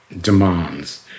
demands